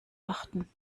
achten